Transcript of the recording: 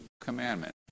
commandment